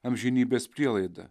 amžinybės prielaida